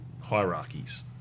hierarchies